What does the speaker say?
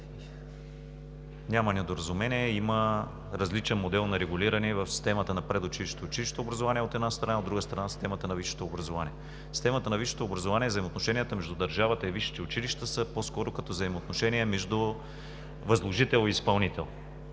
Няма недоразумения – има различен модел на регулиране в системата на предучилищното и училищното образование, от една страна, и, от друга страна, в системата на висшето образование. В системата на висшето образование взаимоотношенията между държавата и висшите училища са по-скоро като взаимоотношения между възложител и изпълнител,